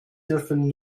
dürfen